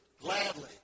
gladly